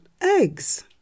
eggs